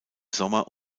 sommer